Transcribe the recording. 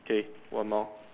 okay one more